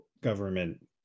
government